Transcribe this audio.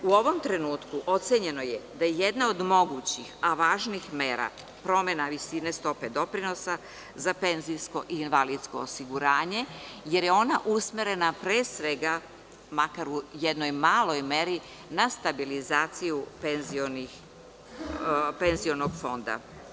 U ovom trenutku ocenjeno je da je jedna od mogućih, a važnih mera, promena visine stope doprinosa za penzijsko i invalidsko osiguranje, jer je ona usmerena pre svega, makar u jednoj maloj meri, na stabilizaciju penzionog fonda.